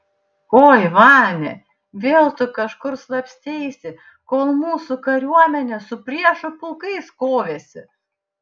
oi vania vėl tu kažkur slapsteisi kol mūsų kariuomenė su priešų pulkais kovėsi